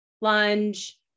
lunge